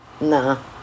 nah